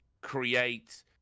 create